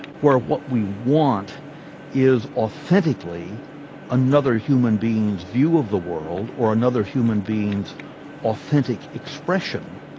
where what we want is authentically another human being's view of the world, or another human being's authentic expression.